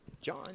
John